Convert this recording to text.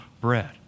bread